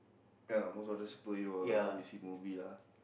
ya lah most of the superhero lah we see movie lah